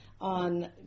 on